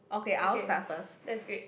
okay that's great